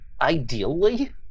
ideally